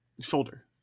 shoulder